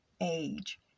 age